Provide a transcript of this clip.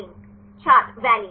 Alanine valine छात्र Whalen